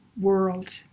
world